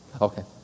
Okay